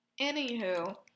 anywho